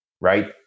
right